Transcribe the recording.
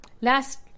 last